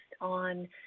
on